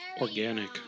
Organic